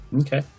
okay